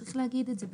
צריך להגיד את זה פשוט.